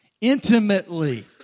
intimately